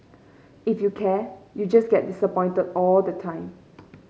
if you care you just get disappointed all the time